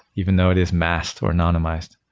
even though it is masked or anonymized.